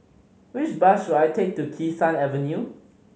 which bus should I take to Kee Sun Avenue